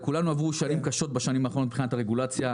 על כולנו עברו שנים קשות מבחינת רגולציה בשנים האחרונות.